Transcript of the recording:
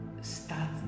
start